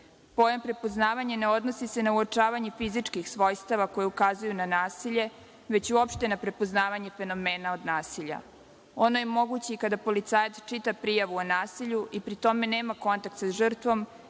prepoznavanja ne odnosi se na uočavanje fizičkih svojstava koji ukazuju na nasilje, već uopšte na prepoznavanje fenomena od nasilja. Ono je moguće i kada policajac čita prijavu o nasilju i pri tome nema kontakt sa žrtvom,